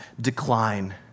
decline